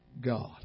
God